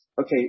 okay